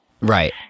Right